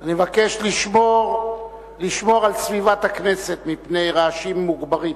אני מבקש לשמור על סביבת הכנסת מפני רעשים מוגברים.